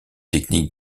technique